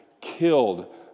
killed